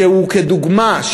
שהוא כדוגמה,